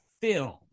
film